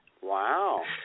Wow